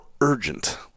urgent